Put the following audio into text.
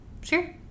sure